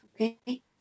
Okay